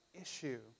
issue